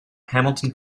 hamilton